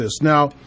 Now